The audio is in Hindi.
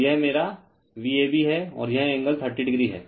तो यह मेरा Vab है और यह एंगल 30o है